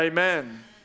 Amen